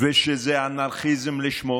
ושזה אנרכיזם לשמו,